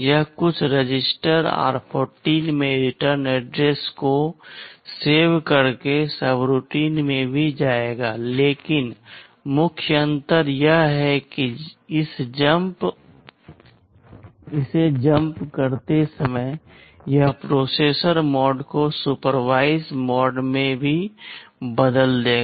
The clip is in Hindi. यह कुछ रजिस्टर r14 में रिटर्न एड्रेस को सेव करके सबरूटीन में भी जाएगा लेकिन मुख्य अंतर यह है कि इस जंप करते समय यह प्रोसेसर मोड को सुपरवाइजर मोड में भी बदल देगा